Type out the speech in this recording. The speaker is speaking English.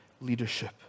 leadership